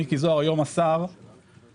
היום השר מיקי זוהר,